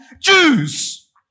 Jews